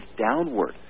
downward